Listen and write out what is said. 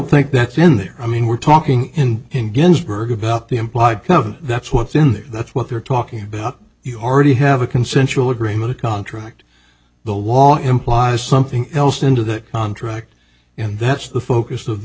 think that's in there i mean we're talking in in ginsburg about the implied cover that's what's in there that's what you're talking about you already have a consensual agreement a contract the law implies something else into that contract and that's the focus of the